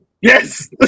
Yes